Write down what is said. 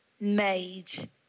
made